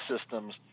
systems